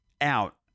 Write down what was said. out